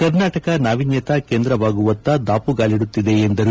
ಕರ್ನಾಟಕ ನಾವೀನ್ಗತಾ ಕೇಂದ್ರವಾಗುವತ್ತ ದಾಪುಗಾಲಿಡುತ್ತಿದೆ ಎಂದರು